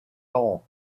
hole